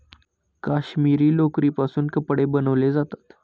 काश्मिरी लोकरीपासून कपडे बनवले जातात